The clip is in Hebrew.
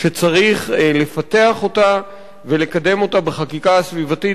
שצריך לפתח אותה ולקדם אותה בחקיקה הסביבתית,